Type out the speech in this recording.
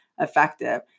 effective